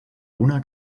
una